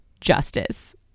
justice